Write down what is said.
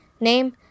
name